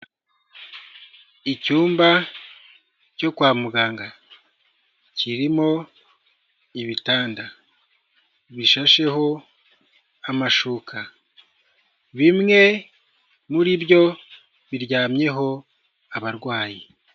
Icyumba cyo kwa muganga kirimo ibitanda bishasheho amashuka, bimwe muri byo biryamyeho abarwayi.